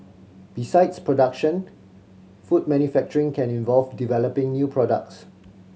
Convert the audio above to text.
besides production food manufacturing can involve developing new products